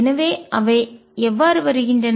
எனவே அவை எவ்வாறு வருகின்றன